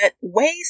ways